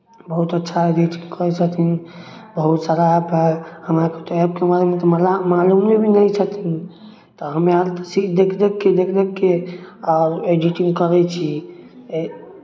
बहुत अच्छा एडिट करै छथिन बहुत सारा ऐप हए हमरा ओतेक ऐपके बारेमे मालूमे नहि छथिन तऽ हम्मे आर तऽ सीख देखि देखि कऽ देखि देखि कऽ आ एडिटिंग करै छी आ